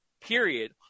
period